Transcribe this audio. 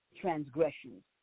transgressions